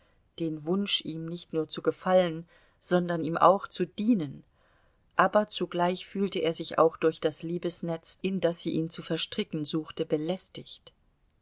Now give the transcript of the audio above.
den wunsch ihm nicht nur zu gefallen sondern ihm auch zu dienen aber zugleich fühlte er sich auch durch das liebesnetz in das sie ihn zu verstricken suchte belästigt